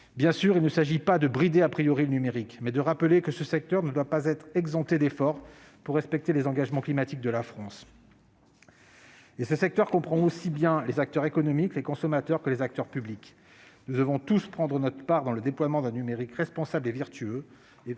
Bien sûr, il ne s'agit pas de brider le numérique, mais il s'agit de rappeler que ce secteur ne doit pas être exempté d'efforts pour respecter les engagements climatiques de la France. Ce secteur comprend aussi bien les acteurs économiques, les consommateurs que les acteurs publics. Nous devons tous prendre notre part dans le déploiement d'un numérique responsable et vertueux.